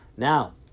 Now